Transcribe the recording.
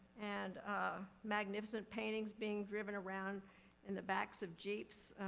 and magnificent paintings being driven around in the backs of jeeps.